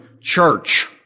church